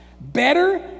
better